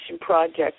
project